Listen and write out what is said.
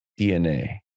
dna